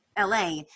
LA